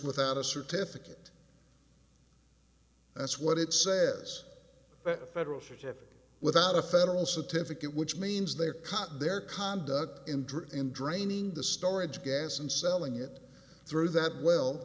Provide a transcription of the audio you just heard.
without a certificate that's what it says federal ship without a federal certificate which means they're caught their conduct in drug in draining the storage gas and selling it through that well